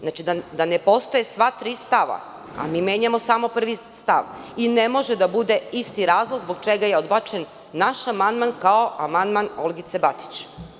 Znači da ne postoje sva tri stava, a mi menjamo samo prvi stav i ne može da bude isti razlog zbog čega je odbačen naš amandman kao amandman Olgice Batić.